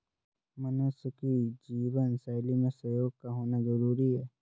मनुष्य की जीवन शैली में सहयोग का होना जरुरी है